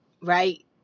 right